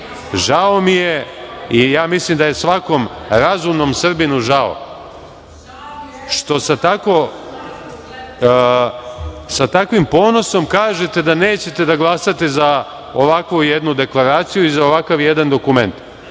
mi je i ja mislim da je svakom razumnom Srbinu žao što sa takvim ponosom kažete da nećete da glasate za ovakvu jednu Deklaraciju i za ovakav jedan dokument.